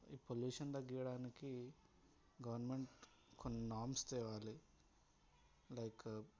ఈ పొల్యూషన్ తగ్గించడానికి గవర్నమెంట్ కొన్ని నార్మ్స్ తేవాలి లైక్